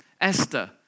Esther